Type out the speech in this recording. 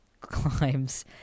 climbs